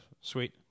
Sweet